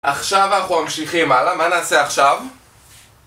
עכשיו אנחנו ממשיכים הלאה, מה נעשה עכשיו?